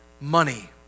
money